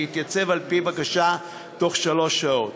להתייצב על-פי בקשה בתוך שלוש שעות.